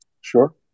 Sure